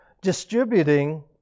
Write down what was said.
Distributing